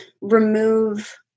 remove